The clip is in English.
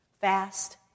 fast